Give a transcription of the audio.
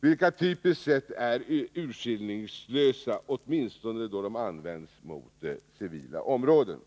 vilka utmärks av att de är urskillningslösa, åtminstone då de används mot civila områden.